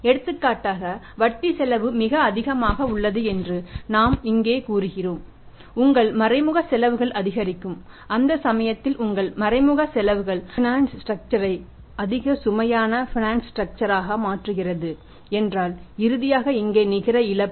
எடுத்துக்காட்டாக வட்டி செலவு மிக அதிகமாக உள்ளது என்று நாம் இங்கே கூறுகிறோம் உங்கள் மறைமுக செலவுகள் அதிகரிக்கும் அந்த சமயத்தில் உங்கள் மறைமுக செலவுகள் பைனான்சியல் ஸ்ட்ரக்சர் ஆக மாற்றுகிறது என்றால் இறுதியாக இங்கே நிகர இழப்பு